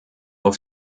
auf